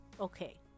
Okay